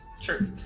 Sure